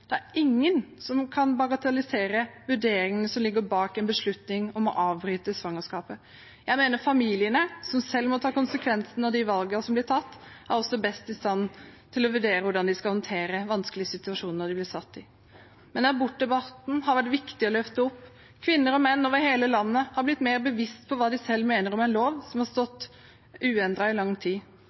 Det er ingen som kan bagatellisere vurderingene som ligger bak en beslutning om å avbryte svangerskapet. Jeg mener familiene, som selv må ta konsekvensen av de valgene som blir tatt, også er best i stand til å vurdere hvordan de skal håndtere vanskelige situasjoner de blir satt i. Men abortdebatten har vært viktig å løfte opp. Kvinner og menn over hele landet har blitt mer bevisst på hva de selv mener om en lov som har stått uendret i lang tid.